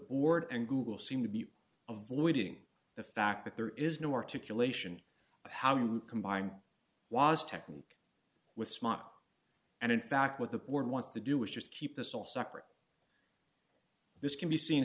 word and google seem to be avoiding the fact that there is no articulation of how you combine was technique with smart and in fact what the world wants to do is just keep this all separate this can be seen